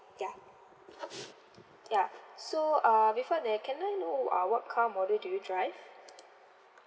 ya ya so uh before that can I know uh what car model do you drive